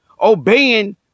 obeying